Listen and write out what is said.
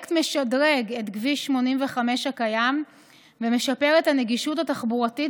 הפרויקט משדרג את כביש 85 הקיים ומשפר את הנגישות התחבורתית